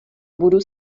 budu